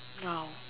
no